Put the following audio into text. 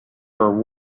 were